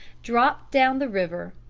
dropped down the river.